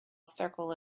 circle